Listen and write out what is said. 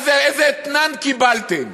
איזה אתנן קיבלתם?